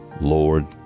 Lord